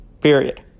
Period